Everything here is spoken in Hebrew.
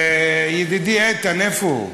ידידי איתן, איפה הוא?